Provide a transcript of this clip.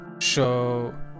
show